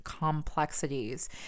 complexities